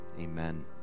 Amen